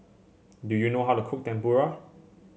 do you know how to cook Tempura